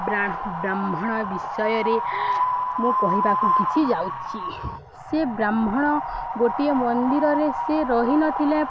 ବ୍ରା ବ୍ରାହ୍ମଣ ବିଷୟରେ ମୁଁ କହିବାକୁ କିଛି ଯାଉଛି ସେ ବ୍ରାହ୍ମଣ ଗୋଟିଏ ମନ୍ଦିରରେ ସେ ରହିନଥିଲେ